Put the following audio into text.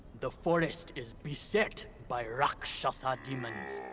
the forest is beset by rakshasa demons.